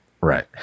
right